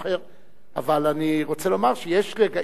אבל אני רוצה לומר שיש רגעים שגם חוק המכר,